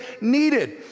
needed